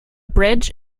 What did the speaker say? bridge